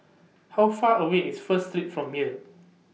How Far away IS First Street from here